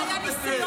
תודה רבה.